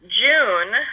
June